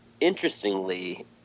interestingly